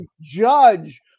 judge